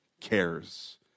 cares